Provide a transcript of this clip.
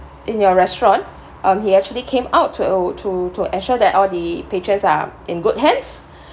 in your restaurant um he actually came out to to to ensure that all the patrons are in good hands